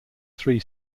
three